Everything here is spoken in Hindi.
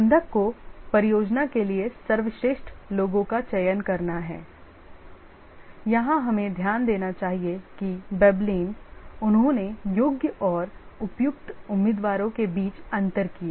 प्रबंधक को परियोजना के लिए सर्वश्रेष्ठ लोगों का चयन करना है यहां हमें ध्यान देना चाहिए कि Belbin उन्होंने योग्य और उपयुक्त उम्मीदवारों के बीच अंतर किया